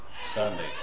Sunday